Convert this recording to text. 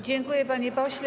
Dziękuję, panie pośle.